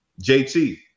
JT